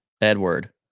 Edward